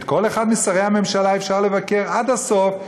את כל אחד משרי הממשלה אפשר לבקר עד הסוף.